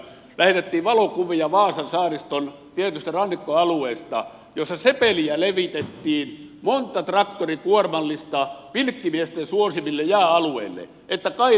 lähetettiin valokuvia vaasan saariston tietyistä rannikkoalueista joissa sepeliä levitettiin monta traktorikuormallista pilkkimiesten suosimille jääalueille että kairat rikkoutuisivat